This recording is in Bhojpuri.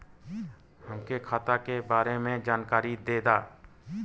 हमके खाता के बारे में जानकारी देदा?